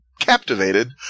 captivated